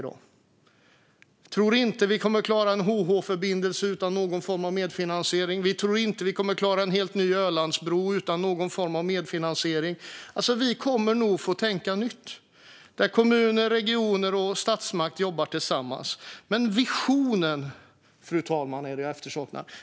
Jag tror inte att vi kommer att klara en HH-förbindelse eller en ny Ölandsbro utan någon form av medfinansiering. Vi kommer att få tänka nytt och låta kommuner, regioner och statsmakt arbeta tillsammans. Fru talman! Jag efterlyser en vision.